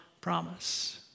promise